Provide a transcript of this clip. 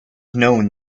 known